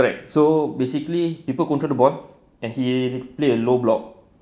correct so basically people control the ball and he play a low block